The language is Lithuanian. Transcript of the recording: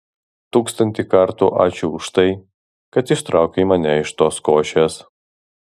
tūkstantį kartų ačiū už tai kad ištraukei mane iš tos košės